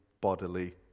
bodily